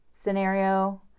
scenario